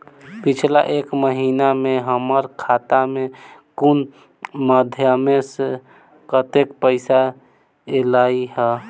पिछला एक महीना मे हम्मर खाता मे कुन मध्यमे सऽ कत्तेक पाई ऐलई ह?